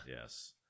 Yes